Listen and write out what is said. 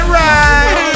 right